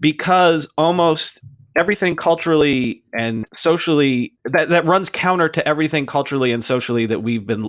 because almost everything culturally and socially, that that runs counter to everything culturally and socially that we've been